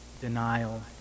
denial